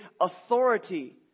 authority